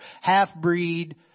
half-breed